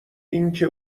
اینکه